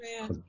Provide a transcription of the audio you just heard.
man